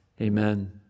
Amen